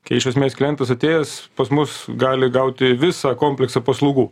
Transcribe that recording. kai iš esmės klientas atėjęs pas mus gali gauti visą kompleksą paslaugų